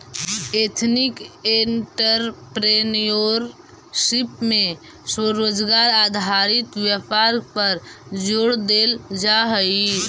ethnic entrepreneurship में स्वरोजगार आधारित व्यापार पर जोड़ देल जा हई